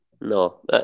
No